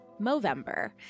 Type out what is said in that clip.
Movember